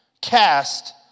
Cast